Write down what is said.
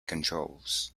controls